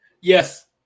Yes